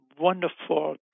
wonderful